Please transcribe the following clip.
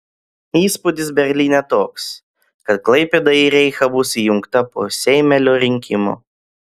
įspūdis berlyne toks kad klaipėda į reichą bus įjungta po seimelio rinkimų